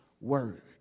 word